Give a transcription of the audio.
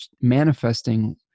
manifesting